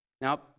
Now